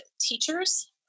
teachers